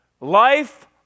life